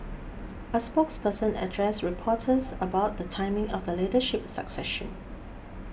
a spokesperson addressed reporters about the timing of the leadership succession